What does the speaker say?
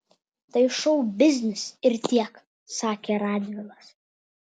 tai šou biznis ir tiek sakė radvilas